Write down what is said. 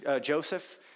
Joseph